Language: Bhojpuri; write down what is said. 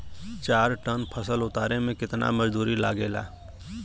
चार टन फसल उतारे में कितना मजदूरी लागेला?